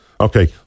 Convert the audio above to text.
okay